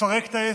לפרק את העסק.